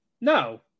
No